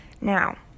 Now